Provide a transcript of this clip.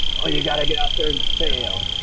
oh you've got to get out there and fail.